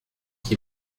qui